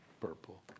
Purple